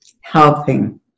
helping